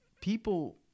people